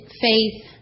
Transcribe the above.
faith